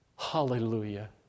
Hallelujah